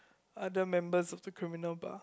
other members of the criminal bar